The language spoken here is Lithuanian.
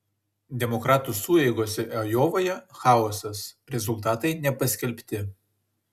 demokratų sueigose ajovoje chaosas rezultatai nepaskelbti